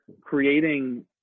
creating